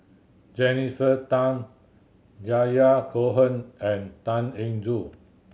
Jennifer Tham Yahya Cohen and Tan Eng Joo